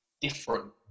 different